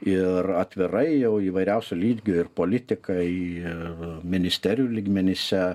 ir atvirai jau įvairiausio lygio ir politikai ministerijų lygmenyse